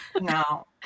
no